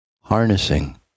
harnessing